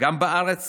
גם בארץ